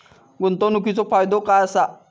गुंतवणीचो फायदो काय असा?